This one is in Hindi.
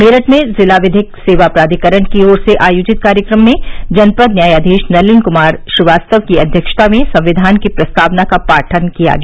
मेरठ में जिला विधिक सेवा प्राधिकरण की ओर से आयोजित कार्यक्रम में जनपद न्यायाधीश नलिन कुमार श्रीवास्तव की अध्यक्षता में संविधान की प्रस्तावना का पाठन किया गया